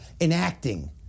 enacting